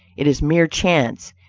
it is mere chance,